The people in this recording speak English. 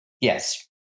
Yes